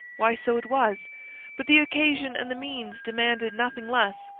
why, so it was but the occasion and the means demanded nothing less.